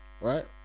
Right